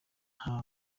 nta